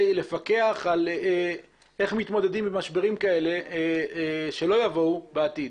לפקח איך מתמודדים עם משברים כאלה שלא יבואו בעתיד.